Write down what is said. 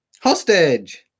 Hostage